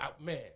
man